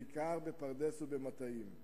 בעיקר בפרדס ובמטעים,